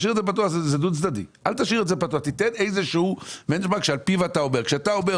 שתיתן איזה שהוא בנצ'מרק שעל פיו אתה קובע.